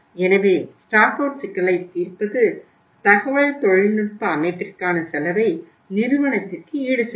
எனவே stock out சிக்கலை தீர்ப்பது தகவல் தொழில்நுட்ப அமைப்பிற்கான செலவை நிறுவனத்திற்கு ஈடுசெய்யும்